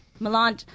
Milan